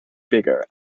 bigger